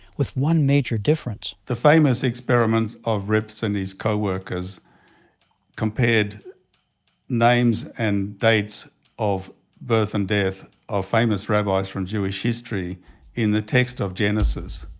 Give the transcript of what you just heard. with one major difference the famous experiment of rips and his coworkers compared names and dates of birth and death of famous rabbis from jewish history in the text of genesis.